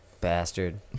bastard